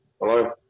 Hello